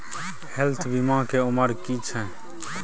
Health बीमा के उमर की छै?